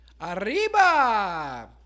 Arriba